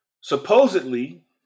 supposedly